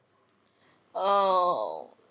oh